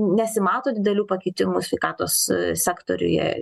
nesimato didelių pakitimų sveikatos sektoriuje